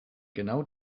genau